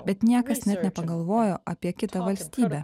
bet niekas net nepagalvojo apie kitą valstybę